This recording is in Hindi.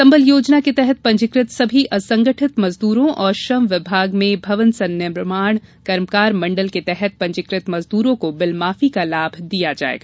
संबल योजना के तहत पंजीकृत सभी असंगठित मजदूरों और श्रम विभाग में भवन संनिर्माण कर्मकार मंडल के तहत पंजीकृत मजदूरों को बिल माफी का लाभ दिया जायेगा